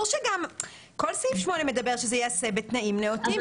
כל סעיף 8 מדבר שזה ייעשה בתנאים נאותים.